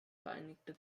vereinigte